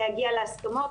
להגיע להסכמות,